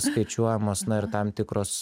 skaičiuojamos na ir tam tikros